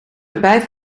erbij